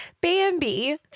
Bambi